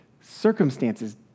circumstances